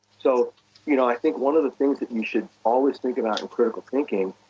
so you know i think one of the things that you should always think about in critical thinking,